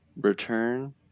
return